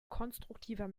konstruktiver